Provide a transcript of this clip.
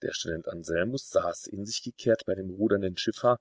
der student anselmus saß in sich gekehrt bei dem rudernden schiffer